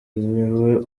niwe